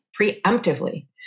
preemptively